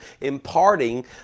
imparting